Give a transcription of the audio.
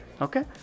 Okay